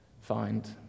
find